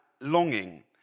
longing